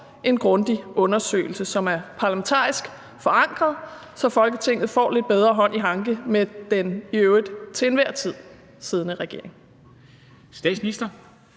en grundig undersøgelse, som er parlamentarisk forankret, så Folketinget får lidt bedre hånd i hanke med den i øvrigt til enhver tid siddende regering.